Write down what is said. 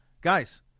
Guys